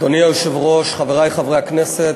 אדוני היושב-ראש, חברי חברי הכנסת,